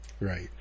Right